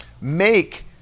make